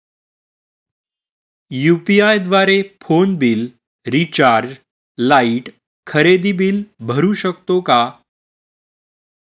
UPI द्वारे phone bill, recharge, light, खरेदी bill भरू शकतो का?